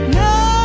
no